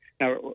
Now